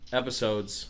episodes